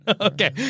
Okay